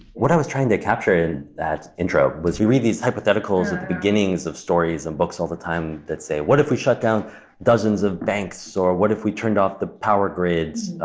what i was trying to capture in that intro was we read these hypotheticals at the beginnings of stories and books all the time that say, what if we shut down dozens of banks? or what if we turned off the power grids?